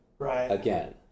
again